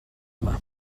yma